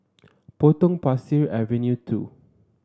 Potong Pasir Avenue two